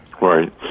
right